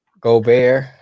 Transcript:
Gobert